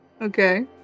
Okay